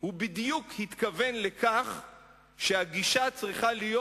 הוא בדיוק התכוון לכך שהגישה צריכה להיות